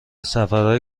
سفرهای